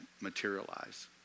materialize